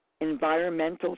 environmental